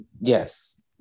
yes